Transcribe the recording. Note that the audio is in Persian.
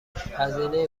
هزینه